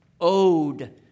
owed